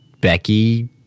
Becky